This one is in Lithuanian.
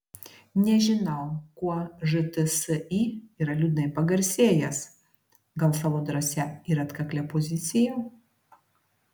nežinau kuo žtsi yra liūdnai pagarsėjęs gal savo drąsia ir atkaklia pozicija